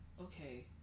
Okay